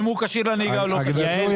אם הוא כשיר לנהיגה או לא כשיר לנהיגה.